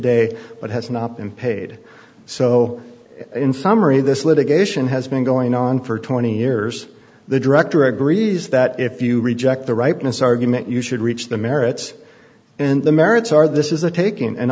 day but has not been paid so in summary this litigation has been going on for twenty years the director agrees that if you reject the ripeness argument you should reach the merits and the merits are this is a taking and